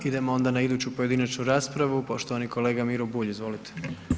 Idemo onda na iduću pojedinačnu raspravu, poštovani kolega Miro Bulj, izvolite.